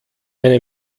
eine